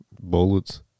Bullets